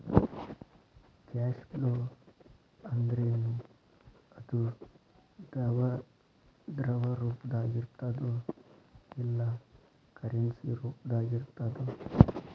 Cash flow ಅಂದ್ರೇನು? ಅದು ದ್ರವ ರೂಪ್ದಾಗಿರ್ತದೊ ಇಲ್ಲಾ ಕರೆನ್ಸಿ ರೂಪ್ದಾಗಿರ್ತದೊ?